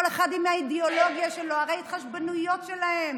כל אחד עם האידיאולוגיה שלו, הרי ההתחשבנויות שלהם